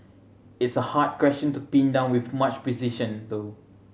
it's a hard question to pin down with much precision though